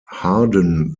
harden